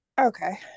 okay